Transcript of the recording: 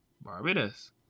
Barbados